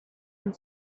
and